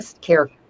care